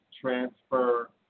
transfer